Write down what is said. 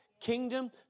kingdom